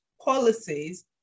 policies